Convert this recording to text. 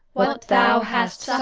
what thou hast